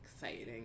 exciting